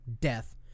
death